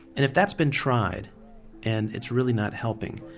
and if that's been tried and it's really not helping,